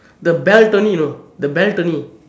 the belt only you know the belt only